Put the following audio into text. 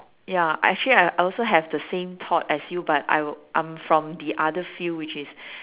ya actually I have I also have the same thought as you but I will I'm from the other field which is